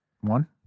One